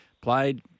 played